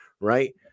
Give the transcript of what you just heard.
right